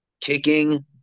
Kicking